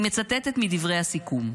אני מצטטת מדברי הסיכום: